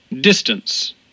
Distance